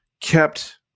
kept